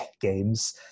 games